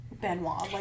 Benoit